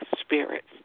spirits